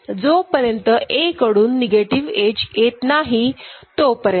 जोपर्यंत A कडून negative edge येत नाही तोपर्यंत